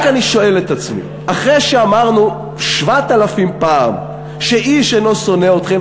רק אני שואל את עצמי: אחרי שאמרנו שבעת-אלפים פעם שאיש אינו שונא אתכם,